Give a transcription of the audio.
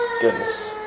goodness